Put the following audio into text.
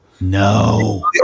No